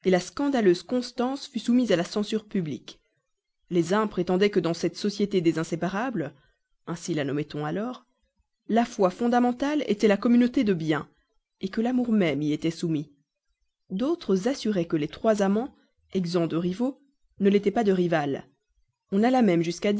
la scandaleuse constance fut soumise à la censure publique les uns prétendaient que dans cette société des inséparables ainsi la nomma t on alors la loi fondamentale était la communauté de biens que l'amour même y était soumis d'autres assuraient que les trois amants exempts de rivaux ne l'étaient pas de rivales on alla même jusqu'à